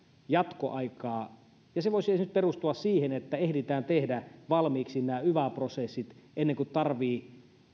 jatkoaikaa ja se voisi perustua esimerkiksi siihen että ehditään tehdä valmiiksi nämä yva prosessit ennen kuin tarvitsee